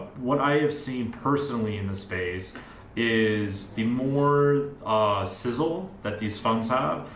what i have seen personally in the space is the more sizzle that these funds ah